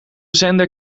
zender